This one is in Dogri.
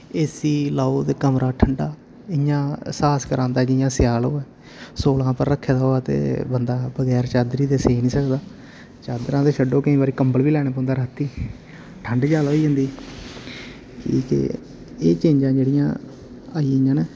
एसी लाओ ते कमरा ठंडा इय्यां एहसास करांदा जि'यां स्याल होऐ सोलां उप्पर रक्खे दा होऐ ते बंदा बगैर चादरी दे सेई नि सकदा चादरां ते छड्डो केईं वारि कम्बल वि लैने पौंदा राती ठण्ड ज्यादा होई जन्दी एह् चेंजां जेह्ड़ियां आइयी यां न